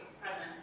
present